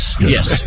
yes